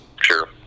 sure